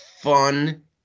fun